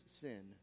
sin